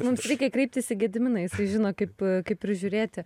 mums reikia kreiptis į gediminą jisai žino kaip kaip prižiūrėti